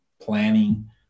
planning